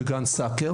בגן סאקר